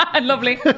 Lovely